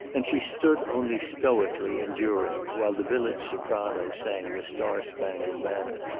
and she stood only stoically enduring while the village soprano sang the star spangled banner.